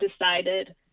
decided